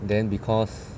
then because